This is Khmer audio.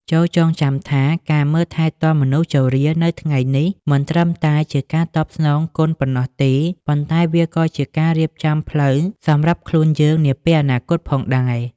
ចូរចងចាំថា ការមើលថែទាំមនុស្សជរានៅថ្ងៃនេះ មិនត្រឹមតែជាការតបស្នងគុណប៉ុណ្ណោះទេ ប៉ុន្តែវាក៏ជាការរៀបចំផ្លូវសម្រាប់ខ្លួនយើងនាពេលអនាគតផងដែរ។